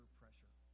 pressure